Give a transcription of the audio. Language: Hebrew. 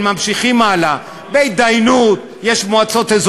הפעלת החוק חייבת אף היא להיות מידתית וראויה,